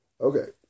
Okay